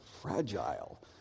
fragile